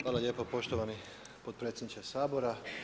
Hvala lijepa poštovani potpredsjedniče Sabora.